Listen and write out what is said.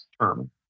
term